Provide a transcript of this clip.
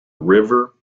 river